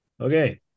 Okay